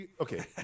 Okay